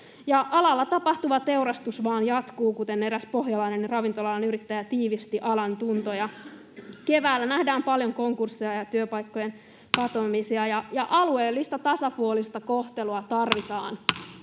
Alalla tapahtuva teurastus vain jatkuu, kuten eräs pohjalainen ravintola-alan yrittäjä tiivisti alan tuntoja. Keväällä nähdään paljon konkursseja ja työpaikkojen katoamisia, ja alueellista tasapuolista kohtelua tarvitaan.